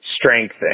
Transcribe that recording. strength